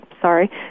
sorry